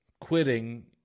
quitting